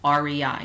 REI